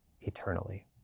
eternally